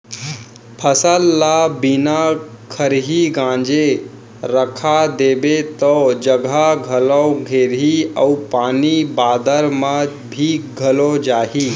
फसल ल बिना खरही गांजे रखा देबे तौ जघा घलौ घेराही अउ पानी बादर म भींज घलौ जाही